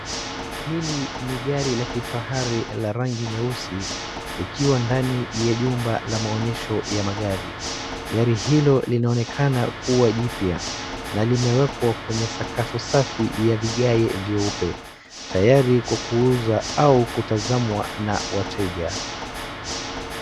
Hili ni gari la kifahari la rangi nyeusi likiwa ndani ya jumba la maonyesho ya magari. Gari hilo linaonekana kuwa lipya, na limewekwa kwenye sakafu safi ya vigae vyeupe, tayari kukuuza au kutazamwa na wateja.